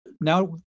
now